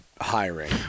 hiring